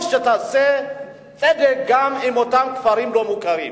תעשה צדק גם עם אותם כפרים לא-מוכרים.